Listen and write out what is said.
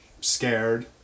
scared